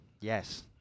Yes